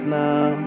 now